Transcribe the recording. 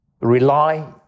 rely